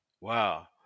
wow